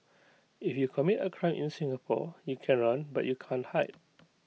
if you commit A crime in Singapore you can run but you can't hide